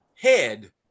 head